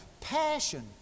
passion